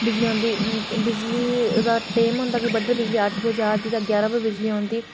बिजली औंदी बिजली दा टैम होंदा कि बड्डलै बिजली अट्ठ बजे जंदी ते ञारां बजे औंदी